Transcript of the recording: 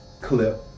clip